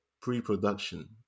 pre-production